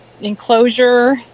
enclosure